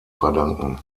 verdanken